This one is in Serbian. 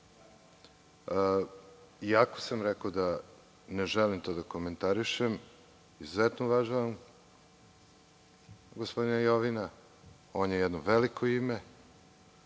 iako sam rekao da ne želim to da komentarišem, izuzetno uvažavam gospodina Jovina, on je jedno veliko ime,